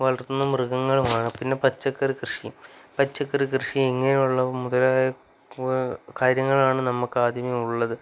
വളർത്തുന്ന മൃഗങ്ങളുമാണ് പിന്നെ പച്ചക്കറിക്കൃഷിയും പച്ചക്കറിക്കൃഷി ഇങ്ങനെയുള്ള മുതലായ കാര്യങ്ങളാണ് നമുക്കാദ്യമേയുള്ളത്